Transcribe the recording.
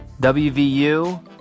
WVU